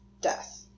death